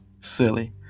silly